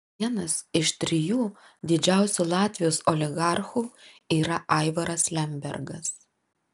vienas iš trijų didžiausių latvijos oligarchų yra aivaras lembergas